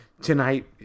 tonight